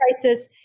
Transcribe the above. crisis